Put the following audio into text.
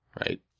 right